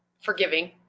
forgiving